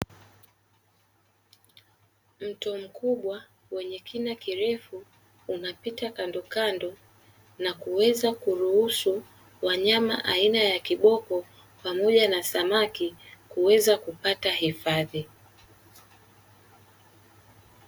Mto mkubwa wenye kina kirefu unapita kandokando na kuweza kuruhusu wanyama aina ya kiboko pamoja na samaki kuweza kupata hifadhi.